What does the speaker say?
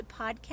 podcast